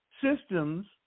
Systems